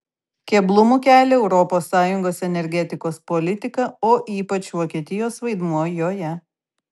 keblumų kelia europos sąjungos energetikos politika o ypač vokietijos vaidmuo joje